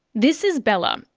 this is bella. um